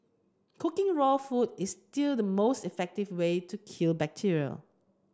cooking raw food is still the most effective way to kill bacteria